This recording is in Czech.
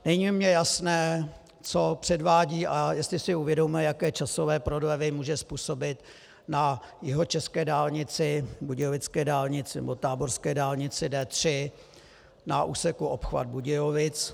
Není mi jasné, co předvádí a jestli si uvědomuje, jaké časové prodlevy může způsobit na jihočeské dálnici, budějovické dálnici nebo táborské dálnici D3 na úseku obchvat Budějovic.